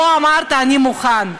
פה אמרת: אני מוכן.